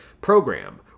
program